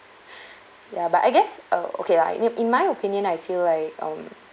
ya but I guess uh okay lah in in my opinion I feel like um